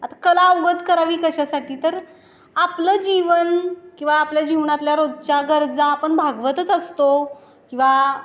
आता कला अवगत करावी कशासाठी तर आपलं जीवन किंवा आपल्या जीवनातल्या रोजच्या गरजा आपण भागवतच असतो किंवा